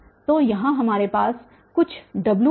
तो यहाँ हमारे पास कुछ wn1n1tn1